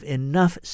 enough